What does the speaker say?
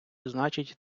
значить